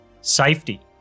safety